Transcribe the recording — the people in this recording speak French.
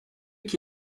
qui